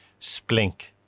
Splink